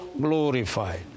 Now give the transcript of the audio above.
glorified